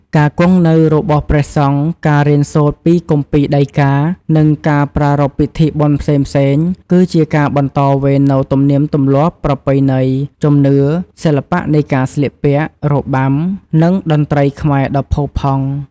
ការគង់នៅរបស់ព្រះសង្ឃ ការរៀនសូត្រពីគម្ពីរដីកា និងការប្រារព្ធពិធីបុណ្យផ្សេងៗ គឺជាការបន្តវេននូវទំនៀមទម្លាប់ ប្រពៃណី ជំនឿ សិល្បៈនៃការស្លៀកពាក់ របាំ និងតន្ត្រីខ្មែរដ៏ផូរផង់។